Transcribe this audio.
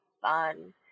fun